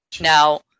Now